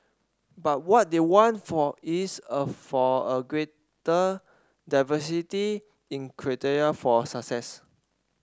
but what they want for is a for a greater diversity in criteria for success